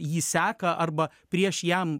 jį seka arba prieš jam